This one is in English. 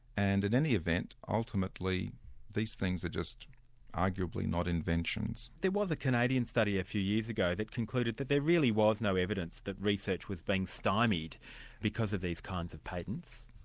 and in any event, ultimately these things are just arguably not inventions. there was a canadian study a few years ago that concluded that there really was no evidence that research was being stymied because of these kinds of patents.